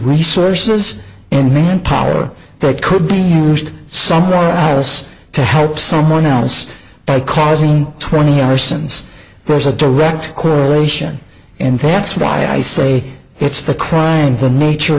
resources and manpower that could be used someone else to help someone else by causing twenty or since there's a direct correlation and that's why i say it's the crying the nature